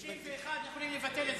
61 יכולים לבטל את זה.